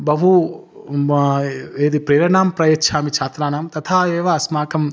बहु यदि प्रेरणां प्रयच्छामि छात्राणां तथा एव अस्माकम्